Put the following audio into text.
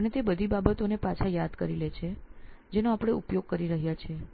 અને તે બધી બાબતોને પાછા યાદ કરી લે છે જેનો આપણે ઉપયોગ કરી રહ્યા છીએ